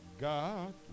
god